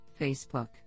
Facebook